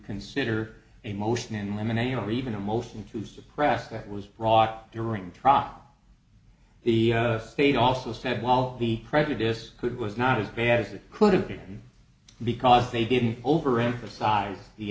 consider a motion and lemonade or even a motion to suppress that was brought during trot the state also said while the prejudice could was not as bad as it could have been because they didn't overemphasize the